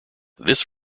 this